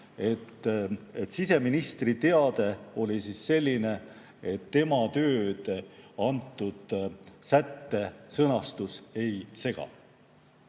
et siseministri teade oli selline, et tema tööd selle sätte sõnastus ei sega.